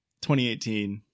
2018